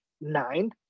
nine